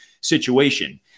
situation